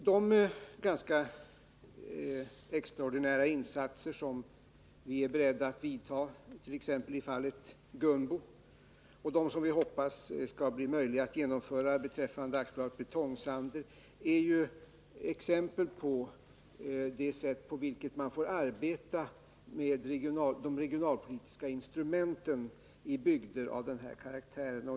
De ganska extraordinära insatser som vi är beredda att göra i fallet Gunbo och de insatser som vi hoppas skall bli möjliga att genomföra beträffande AB Betong-Sander är exempel på det sätt på vilket man får arbeta med de regionalpolitiska instrumenten i bygder av den här karaktären.